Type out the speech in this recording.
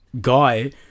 guy